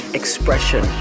expression